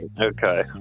okay